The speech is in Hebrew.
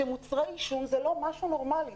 כשמוצרי עישון הם לא משהו נורמלי.